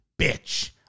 bitch